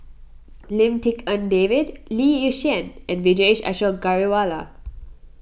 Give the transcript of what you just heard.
Lim Tik En David Lee Yi Shyan and Vijesh Ashok Ghariwala